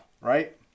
right